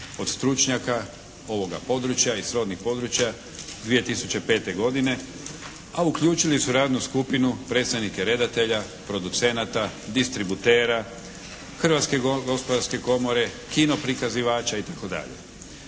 od stručnjaka ovoga područja i srodnih područja 2005. godine, a uključili su radnu skupinu predstavnike redatelja, producenata, distributera, Hrvatske gospodarske komore, kino prikazivača itd.